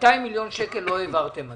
200 מיליון שקל לא העברתם עדיין.